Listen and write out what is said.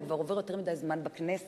הוא כבר עובר יותר מדי זמן בכנסת,